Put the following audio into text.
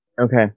Okay